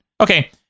Okay